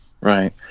Right